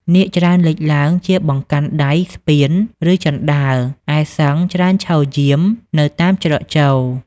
នាគច្រើនលេចឡើងជាបង្កាន់ដៃស្ពាន ឬជណ្តើរ ឯសិង្ហច្រើនឈរយាមនៅតាមច្រកចូល។